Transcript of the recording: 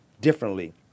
differently